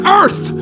earth